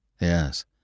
Yes